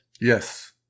Yes